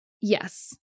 Yes